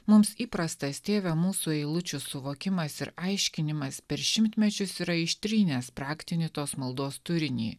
mums įprastas tėve mūsų eilučių suvokimas ir aiškinimas per šimtmečius yra ištrynęs praktinį tos maldos turinį